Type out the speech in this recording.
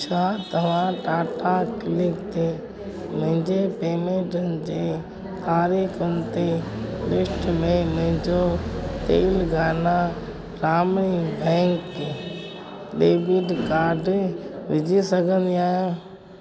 छा तव्हां टाटा क्लिक ते मुंहिंजी पेमेंटनि जे तारिख़ुनि जे लिस्ट में मुंहिंजो तेलंगाना ग्रामीण बैंक डेबिट काड विझी सघंदी आहियां